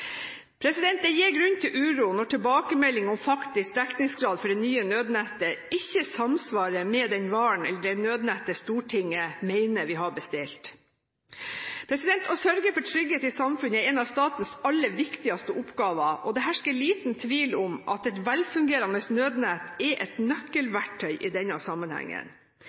Det gir grunn til uro når tilbakemelding om faktisk dekningsgrad for det nye nødnettet ikke samsvarer med den varen, eller det nødnettet, Stortinget mener det har bestilt. Å sørge for trygghet i samfunnet er en av statens aller viktigste oppgaver, og det hersker liten tvil om at et velfungerende nødnett er et nøkkelverktøy i denne sammenhengen.